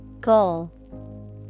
Goal